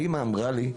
האמא אמרה לי,